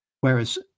whereas